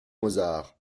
mozart